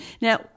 Now